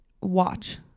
Watch